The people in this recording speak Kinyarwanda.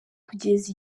kugeza